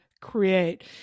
create